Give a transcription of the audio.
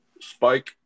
spike